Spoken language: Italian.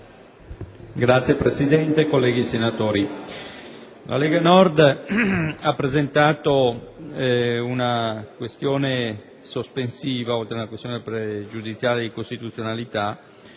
Signor Presidente, colleghi senatori, la Lega Nord ha presentato una questione sospensiva, oltre ad una questione pregiudiziale di costituzionalità,